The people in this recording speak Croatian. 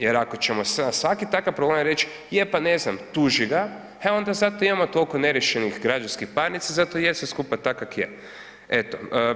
Jer ako ćemo se na svaki takav problem reć „je, pa ne znam tuži ga“, e onda zato imamo toliko neriješenih građanskih parnica, zato i je sve skupa tak kak je, eto.